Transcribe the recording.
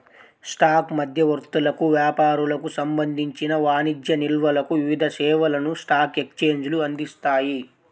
stock మధ్యవర్తులకు, వ్యాపారులకు సంబంధించిన వాణిజ్య నిల్వలకు వివిధ సేవలను స్టాక్ ఎక్స్చేంజ్లు అందిస్తాయి